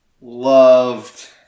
loved